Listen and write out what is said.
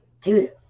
Dude